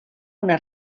una